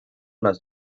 las